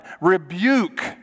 Rebuke